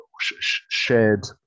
shared